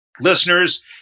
Listeners